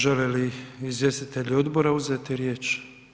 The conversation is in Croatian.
Žele li izvjestitelji odbora uzeti riječ?